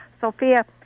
Sophia